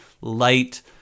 light